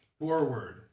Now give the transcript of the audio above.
forward